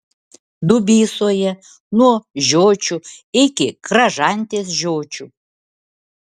dubysoje nuo žiočių iki kražantės žiočių